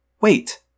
Wait